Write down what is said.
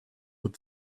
with